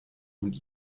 und